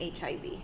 HIV